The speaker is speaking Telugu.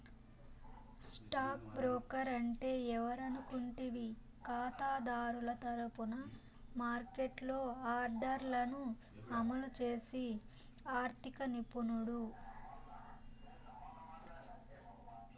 స్టాక్ బ్రోకర్ అంటే ఎవరనుకుంటివి కాతాదారుల తరపున మార్కెట్లో ఆర్డర్లను అమలు చేసి ఆర్థిక నిపుణుడు